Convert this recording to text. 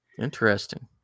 Interesting